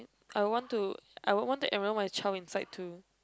I want to I would want to enroll my child inside too